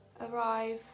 arrive